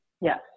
Yes